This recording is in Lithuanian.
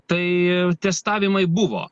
tai testavimai buvo